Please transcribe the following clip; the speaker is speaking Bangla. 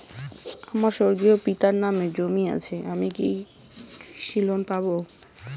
আমার স্বর্গীয় পিতার নামে জমি আছে আমি কি কৃষি লোন পাব?